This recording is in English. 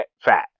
fat